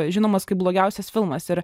žinomas kaip blogiausias filmas ir